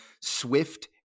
Swift